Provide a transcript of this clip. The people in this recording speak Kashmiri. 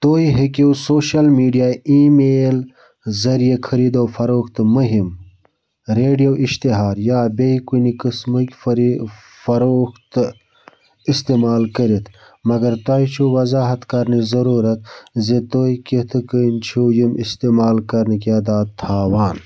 تُہۍ ہیٚکِو سوشل میٖڈیا ای میل ذٔریعہٕ خٔریٖد فَروختٕ مُہِم ریڈیو اِشتِہار یا بیٚیہِ کُنہِ قٕسمہٕ کہِ فرے فَروختہٕ اِستعمال کٔرِتھ مَگر تۄہہِ چَھو وضاحت کرنٕچ ضٔروٗرَتھ زِ تُہۍ کِتھہٕ کٔنہِ چِھو یِم اِستعمال کرنٕکۍ یَدادٕ تھاوان